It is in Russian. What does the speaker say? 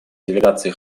делегации